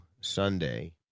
Sunday